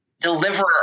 deliverer